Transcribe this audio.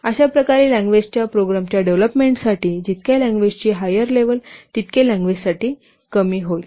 अशा प्रकारे लँग्वेजच्या प्रोग्रामच्या डेव्हलोपमेंटसाठी जितक्या लँग्वेजची हायर लेवल तितके लँग्वेजसाठी कमी होईल